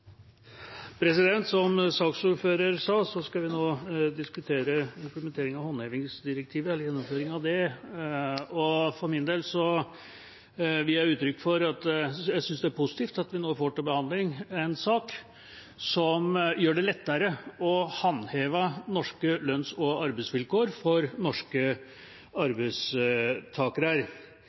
Som saksordføreren sa, skal vi nå diskutere implementering av håndhevingsdirektivet – eller innføringen av det. For min del vil jeg gi uttrykk for at jeg synes det er positivt at vi nå får til behandling en sak som gjør det lettere å håndheve norske lønns- og arbeidsvilkår for norske arbeidstakere.